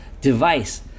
device